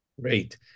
Great